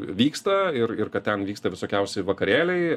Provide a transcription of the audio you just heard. vyksta ir ir kad ten vyksta visokiausi vakarėliai